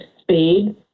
speed